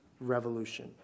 revolution